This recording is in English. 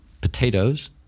Potatoes